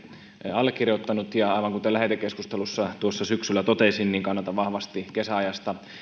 allekirjoittanut ja aivan kuten lähetekeskustelussa tuossa syksyllä totesin kannatan vahvasti kesäajasta